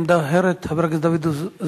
עמדה אחרת, חבר הכנסת דוד אזולאי,